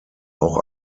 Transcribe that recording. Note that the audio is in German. auch